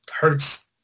hurts